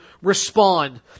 respond